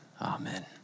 amen